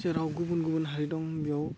जेराव गुबुन गुबुन हारि दं बेयाव